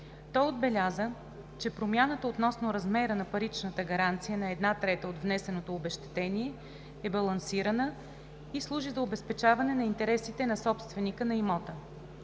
Той отбеляза, че промяната относно размера на паричната гаранция на една трета от внесеното обезщетение е балансирана и служи за обезпечаване на интересите на собственика на имота.